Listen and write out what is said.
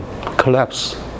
collapse